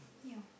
yeah